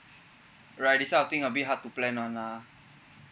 right this type of thing a bit hard to plan one ah